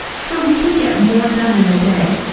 so we could get more done in a day!